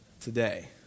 today